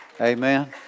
amen